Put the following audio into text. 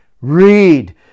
Read